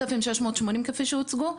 4,680 כפי שהוצגו.